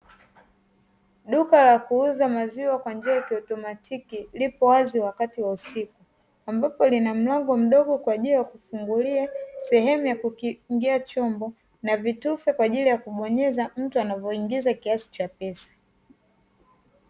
Duka la kuuza maziwa kwa njia ya kiautomatiki lipo wazi wakati wa usiku. Ambapo lina mlango mdogo kwa ajili ya kufungulia sehemu ya kukiingia chombo, na vitufe kwa ajili ya kubonyeza mtu anavyoingiza kiasi cha pesa.